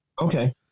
Okay